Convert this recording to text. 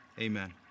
Amen